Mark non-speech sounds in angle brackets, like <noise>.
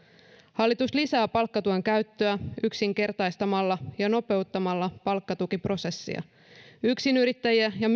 hallitus lisää palkkatuen käyttöä yksinkertaistamalla ja nopeuttamalla palkkatukiprosessia yksinyrittäjiä ja <unintelligible>